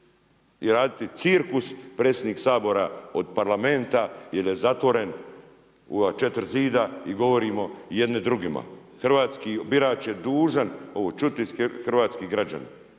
I raditi cirkus, predsjednik Sabora od Parlamenta jer je zatvoren u ova 4 zida i govorimo jedni drugima. Hrvatski birač je dužan ovo čuti…/Govornik se ne